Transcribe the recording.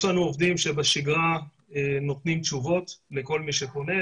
יש לנו עובדים שבשגרה נותנים תשובות לכל מי שפונה,